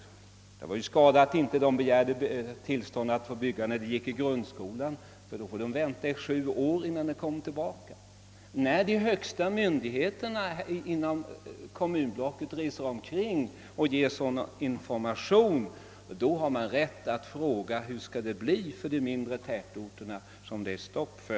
Det var ju skada att de inte begärde tillstånd att få bygga när de gick i grundskolan, ty nu kan de få vänta i sju år innan deras tur kommer. När den högsta myndigheten inom ett kommunblock reser omkring och ger sådan information, har man rätt att fråga, hur det skall bli för de mindre tätorter vilkas utbyggnad har stoppats.